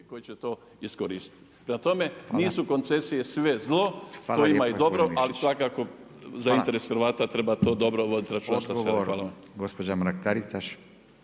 koji će to iskoristiti. Prema tome nisu koncesije sve zlo, to ima i dobro ali svakako za interes Hrvata treba to dobro voditi